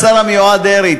השר המיועד דרעי,